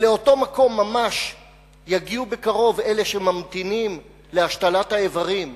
ולאותו מקום ממש יגיעו בקרוב אלה שממתינים להשתלת האיברים,